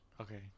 Okay